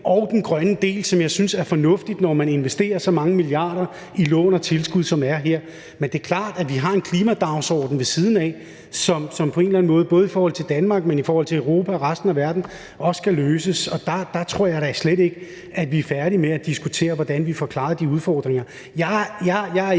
og den grønne del, hvad jeg synes er fornuftigt, når man investerer så mange milliarder kroner i form af lån og tilskud, som man gør her. Men det er klart, at vi har en klimadagsorden ved siden af, som på en eller anden måde både i forhold til Danmark og i forhold til Europa og resten af verden også skal løses. Og der tror jeg da slet ikke, at vi er færdige med at diskutere, hvordan vi får klaret de udfordringer. Jeg er ikke